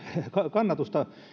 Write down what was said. kannatusta